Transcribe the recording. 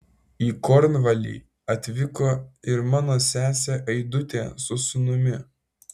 į kornvalį atvyko ir mano sesė aidutė su sūnumi